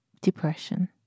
depression